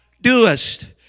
doest